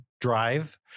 drive